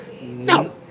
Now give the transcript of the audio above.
No